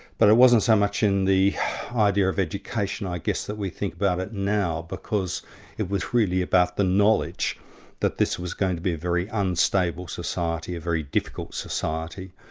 but it wasn't so much in the idea of education i guess that we think about it now, because it was really about the knowledge that this was going to be a very unstable society, a very difficult society,